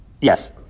Yes